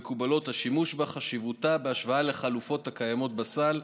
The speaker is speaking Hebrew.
מקובלות השימוש בה וחשיבותה בהשוואה לחלופות הקיימות בסל,